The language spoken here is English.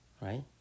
right